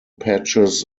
patches